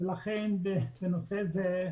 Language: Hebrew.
בנושא זה,